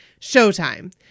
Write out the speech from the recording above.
Showtime